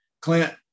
Clint